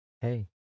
hey